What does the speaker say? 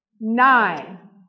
nine